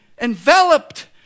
enveloped